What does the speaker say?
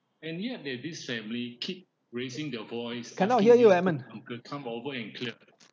cannot hear you edmund